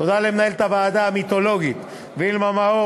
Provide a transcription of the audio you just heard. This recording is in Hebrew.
תודה למנהלת הוועדה המיתולוגית וילמה מאור,